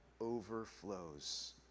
overflows